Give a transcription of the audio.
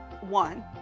one